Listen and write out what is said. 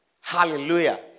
hallelujah